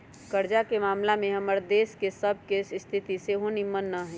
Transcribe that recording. कर्जा के ममला में हमर सभ के देश के स्थिति सेहो निम्मन न हइ